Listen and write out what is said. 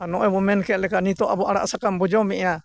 ᱟᱨ ᱱᱚᱜᱼᱚᱭ ᱵᱚᱱ ᱢᱮᱱ ᱠᱮᱫ ᱞᱮᱠᱟ ᱱᱤᱛᱚᱜ ᱟᱵᱚ ᱟᱲᱟᱜ ᱥᱟᱠᱟᱢ ᱵᱚᱱ ᱡᱚᱢᱮᱜᱼᱟ